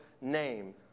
name